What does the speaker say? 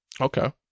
Okay